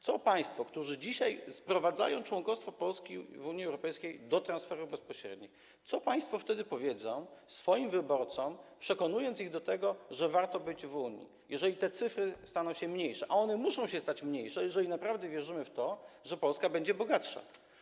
Co państwo, którzy dzisiaj sprowadzają członkostwo Polski w Unii Europejskiej do transferów bezpośrednich, powiedzą swoim wyborcom, przekonując ich do tego, że warto być w Unii, jeżeli te cyfry staną się mniejsze, a one muszą się stać mniejsze, jeżeli naprawdę wierzymy w to, że Polska będzie bogatsza?